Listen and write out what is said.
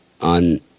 on